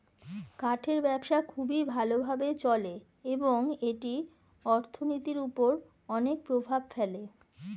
কাঠের ব্যবসা খুবই ভালো ভাবে চলে এবং এটি অর্থনীতির উপর অনেক প্রভাব ফেলে